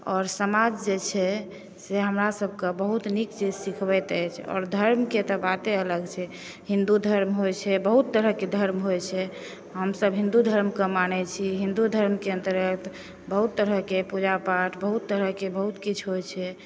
आओर समाज जे छै से हमरा सभके बहुत नीक चीज सिखबैत अछि आओर धर्मकेँ बाते अलग छै हिन्दु धर्म होइ छै बहुत तरहकेँ धर्म होइ छै हमसब हिन्दु धर्मकेँ मानै छी हिन्दु धर्मकेँ अन्तर्गत बहुत तरहकेँ पूजा पाठ बहुत तरहकेँ बहुत किछु होइ छै